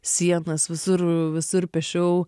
sienas visur visur piešiau